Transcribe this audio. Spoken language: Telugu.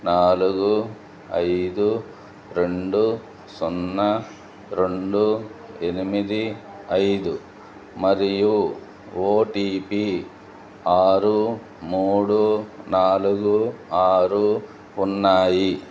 నాలుగు ఐదు రెండు సున్నా రెండు ఎనిమిది ఐదు మరియు ఓటిపి ఆరు మూడు నాలుగు ఆరు ఉన్నాయి